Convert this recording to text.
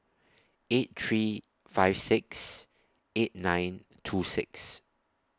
eight three five six eight nine two six